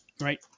right